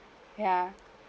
ya